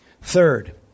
Third